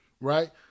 right